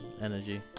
energy